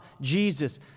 Jesus